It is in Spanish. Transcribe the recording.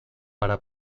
para